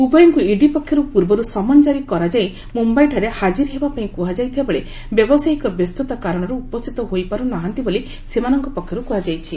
ଉଭୟଙ୍କୁ ଇଡି ପକ୍ଷରୁ ପୂର୍ବରୁ ସମନ୍ ଜାରି କରାଯାଇ ମୁମ୍ୟାଇଠାରେ ହାକିର୍ ହେବାପାଇଁ କୁହାଯାଇଥିବାବେଳେ ବ୍ୟାବସାୟିକ ବ୍ୟସ୍ତତା କାରଣର୍ ଉପସ୍ଥିତ ହୋଇପାର୍ ନାହାନ୍ତି ବୋଲି ସେମାନଙ୍କ ପକ୍ଷରୁ କୁହାଯାଇଛି